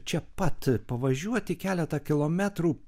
čia pat pavažiuoti keletą kilometrų